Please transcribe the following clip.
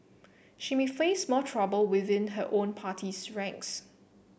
she may face more trouble within her own party's ranks